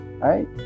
right